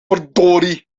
verdorie